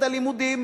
את הלימודים,